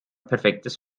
perfektes